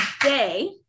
today